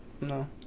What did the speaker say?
No